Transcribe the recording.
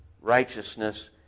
righteousness